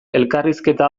elkarrizketa